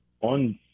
on